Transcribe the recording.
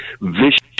vicious